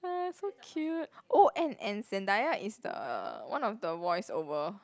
oh so cute oh and and Zendaya is the one of the voice-over